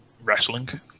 wrestling